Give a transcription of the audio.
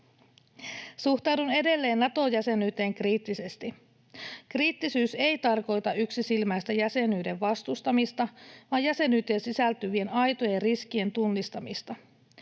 Suhtaudun edelleen Nato-jäsenyyteen kriittisesti. Kriittisyys ei tarkoita yksisilmäistä jäsenyyden vastustamista, vaan jäsenyyteen sisältyvien aitojen riskien tunnistamista.